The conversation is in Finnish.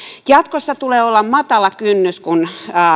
jatkossa tulee olla matala kynnys kun